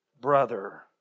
brother